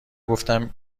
گفتم